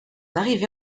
arrivée